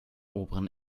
oberen